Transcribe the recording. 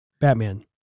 Batman